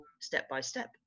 step-by-step